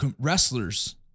wrestlers